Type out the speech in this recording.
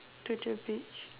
to the beach